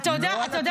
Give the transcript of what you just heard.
אתה יודע